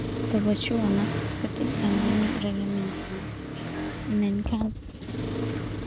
ᱚᱵᱚᱥᱳ ᱚᱱᱟ ᱠᱟᱹᱴᱤᱡ ᱥᱟᱺᱜᱤᱧ ᱧᱚᱜ ᱨᱮᱜᱮ ᱢᱮᱱᱟᱜ ᱟ ᱢᱮᱱᱠᱷᱟᱱ